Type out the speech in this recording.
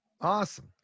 Awesome